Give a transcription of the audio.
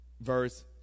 verse